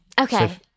Okay